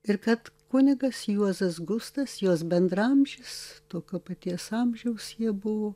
ir kad kunigas juozas gustas jos bendraamžis tokio paties amžiaus jie buvo